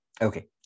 Okay